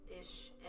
ish